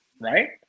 right